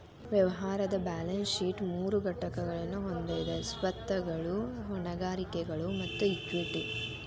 ವ್ಯವಹಾರದ್ balance sheet ಮೂರು ಘಟಕಗಳನ್ನ ಹೊಂದೆದ ಸ್ವತ್ತುಗಳು, ಹೊಣೆಗಾರಿಕೆಗಳು ಮತ್ತ ಇಕ್ವಿಟಿ